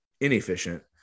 inefficient